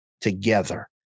together